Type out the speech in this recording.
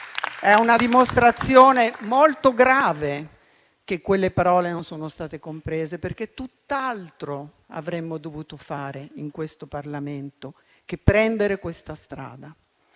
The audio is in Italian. È una dimostrazione molto grave che quelle parole non sono state comprese, perché tutt'altro avremmo dovuto fare in Parlamento che prendere questa strada.